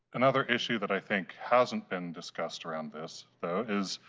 another issue that i think has not been discussed around this, though, is,